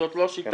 זאת לא שיטה.